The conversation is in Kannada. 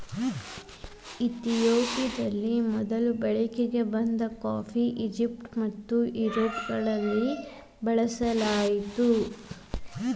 ಇತಿಯೋಪಿಯದಲ್ಲಿ ಮೊದಲು ಬಳಕೆಗೆ ಬಂದ ಕಾಫಿ, ಈಜಿಪ್ಟ್ ಮತ್ತುಯುರೋಪ್ಗಳ ಮುಖಾಂತರ ಪ್ರಪಂಚದ ಬೇರೆ ಭಾಗಗಳಿಗೆ ಹಬ್ಬಿತು